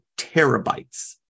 terabytes